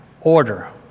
order